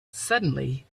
suddenly